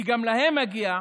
כי גם להם מגיע,